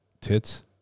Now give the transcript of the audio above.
tits